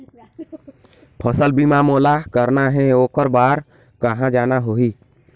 फसल बीमा मोला करना हे ओकर बार कहा जाना होही?